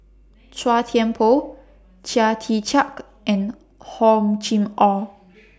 Chua Tian Poh Chia Tee Chiak and Hor Chim Or